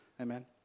Amen